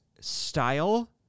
style